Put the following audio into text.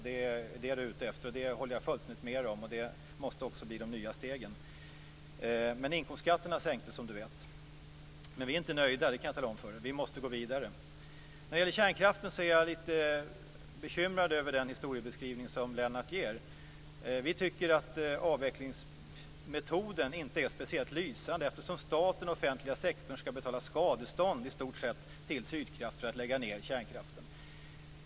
Det är det som vi är ute efter. Det håller jag helt med honom om. Och det måste också bli de nya stegen. Men som Lennart Daléus vet sänktes inkomstskatterna. Men vi är inte nöjda, utan vi måste gå vidare. När det gäller kärnkraften är jag lite bekymrad över den historiebeskrivning som Lennart Daléus ger. Vi tycker att avvecklingsmetoden inte är speciellt lysande, eftersom staten och den offentliga sektorn ska betala skadestånd i stort sett till Sydkraft för att kunna lägga ned kärnkraften.